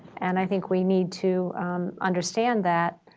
and i think we need to understand that.